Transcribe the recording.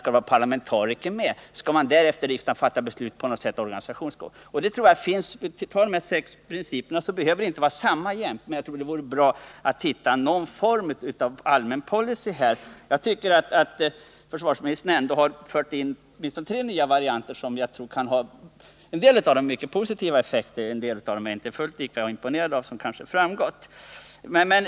Skall det vara parlamentariker med? Skall därefter riksdagen fatta beslut i organisationsfrågor? Om de här sex varianterna finns, så behöver man inte tillämpa samma princip jämt, men jag tror att det vore bra att hitta någon form av allmän policy. Försvarsministern har fört in åtminstone tre nya varianter, och jag tror att en del av dem kan ha positiva effekter. Några av dem är jag inte fullt lika imponerad av, vilket kanske framgått.